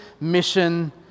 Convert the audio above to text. mission